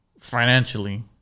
financially